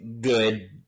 good